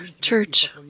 church